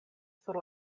sur